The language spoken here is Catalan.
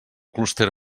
clúster